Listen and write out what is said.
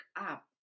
up